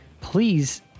please